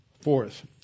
Fourth